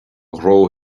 ghnó